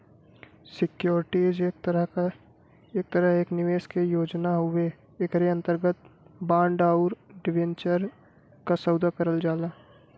securities एक तरह एक निवेश के योजना हउवे एकरे अंतर्गत बांड आउर डिबेंचर क सौदा करल जाला